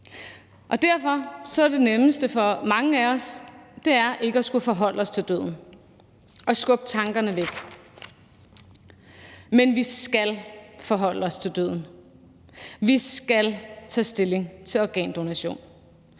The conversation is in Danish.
Og derfor er det nemmeste for mange af os ikke at forholde os til døden og skubbe tankerne væk. Men vi skal forholde os til døden. Vi skal tage stilling til organdonation.